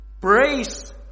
Praise